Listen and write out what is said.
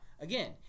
again